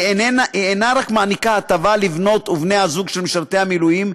היא מעניקה לא רק הטבה לבנות הזוג של משרתי מילואים,